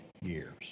years